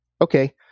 Okay